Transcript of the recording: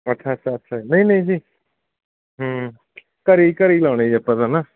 ਅੱਛਾ ਅੱਛਾ ਅੱਛਾ ਨਹੀਂ ਨਹੀਂ ਨਹੀਂ ਜੀ ਹੂੰ ਘਰ ਹੀ ਘਰ ਹੀ ਲਗਾਉਣੇ ਜੀ ਆਪਾਂ ਤਾਂ ਨਾ